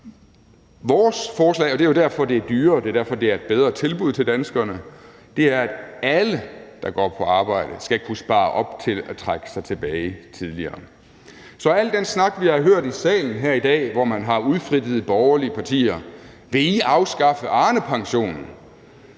er dyrere, og det er derfor, det er et bedre tilbud til danskerne, er, at alle, der går på arbejde, skal kunne spare op til at trække sig tilbage tidligere. Så der har været meget snak i salen her i dag, hvor man har udfrittet borgerlige partier, om de ville afskaffe Arnepensionen.